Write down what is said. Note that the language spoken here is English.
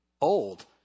Old